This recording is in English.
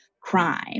crime